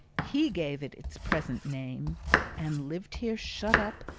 he gave it its present name and lived here shut up,